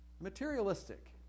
materialistic